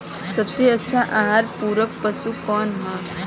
सबसे अच्छा आहार पूरक पशु कौन ह?